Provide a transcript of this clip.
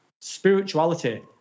spirituality